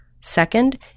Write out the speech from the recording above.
Second